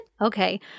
okay